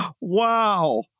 Wow